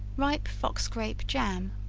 ripe fox-grape jam.